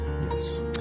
Yes